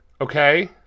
Okay